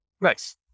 Nice